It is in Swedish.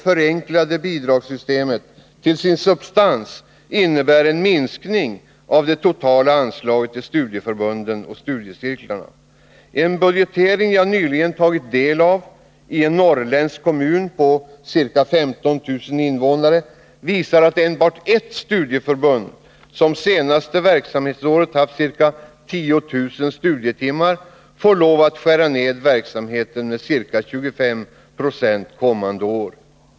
förenklade bidragssystemet till sin substans innebär en minskning av det totala anslaget till studieförbunden och studiecirklarna. En budgetering jag nyligen tagit del av i en norrländsk kommun på ca 15 000 invånare visar ett enbart ert studieförbund, som det senaste verksamhetsåret haft ca 10 000 studietimmar, får lov att skära ned verksamheten med ca 25 26 kommande år.